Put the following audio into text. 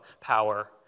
power